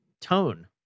tone